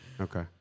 Okay